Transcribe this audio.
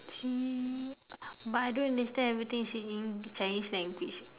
but I don't understand everything is in eng~ chinese language